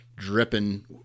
dripping